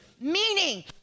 meaning